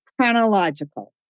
chronological